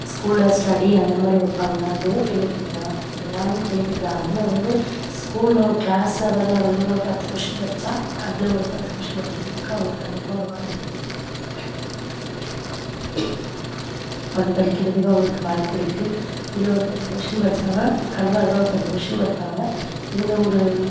ஸ்கூலில் ஸ்டடி அந்த மாதிரி வைப்பாங்க அதுவும் ஃபெனிஃபிட்டு தான் எல்லாமே ஃபெனிஃபிட்டு தான் அதில் வந்து ஸ்கூலில் கிளாஸ் வந்து ஒரு பத்து கொஷ்டின் படித்தா அதில் ஒரு பத்து கொஷ்டின் படிக்கிறதுக்கு அவங்களுக்கு கண்டிப்பாக ஒரு வாய்ப்பு இருக்குது அது படிக்கிறதுக்கு அவங்களுக்கு ஒரு வாய்ப்பு இருக்குது இதில் ஒரு பத்து கொஷ்டின் படித்தாங்கனா கண்டிப்பாக அதில் ஒரு பத்து கொஷ்டின் படிப்பாங்க இதில் ஒரு